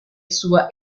sua